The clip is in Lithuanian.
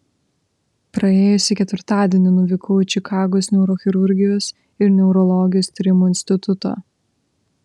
praėjusį ketvirtadienį nuvykau į čikagos neurochirurgijos ir neurologijos tyrimų institutą